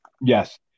Yes